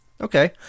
Okay